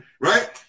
right